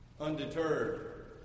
Undeterred